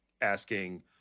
asking